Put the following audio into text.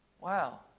Wow